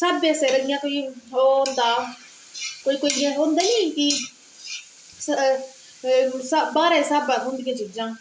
स्हाबे सिरे दी कोई ओह् होंदा कि मतलब कि वारें दे स्हाबें थ्होंदियां चीजां